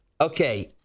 Okay